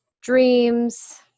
dreams